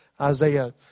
Isaiah